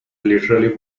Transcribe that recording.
literally